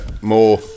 more